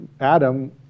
Adam